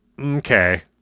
Okay